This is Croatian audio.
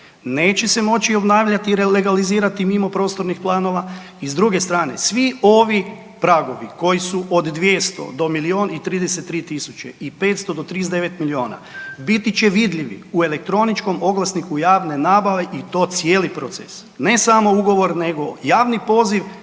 Neće se moći obnavljati i legalizirati mimo prostornih planova i s druge strane, svi ovi pragovi koji su od 200 do milijun i 33 tisuće i 500 do 39 milijuna biti će vidljivi u elektroničkom oglasniku javne nabave i to cijeli proces, ne samo ugovor nego javni poziv,